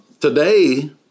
Today